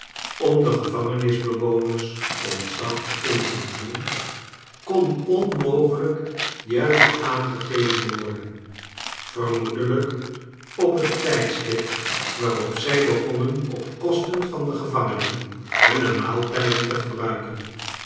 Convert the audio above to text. om den gevangenisbewoners ontzag in te boezemen kon onmogelijk juist aangegeven worden vermoedelijk op het tijdstip waarop zij begonnen op kosten van de gevangenen hunne maaltijden te gebruiken